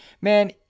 Man